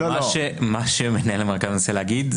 מה שמנהל המרכז מנסה להגיד,